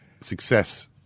success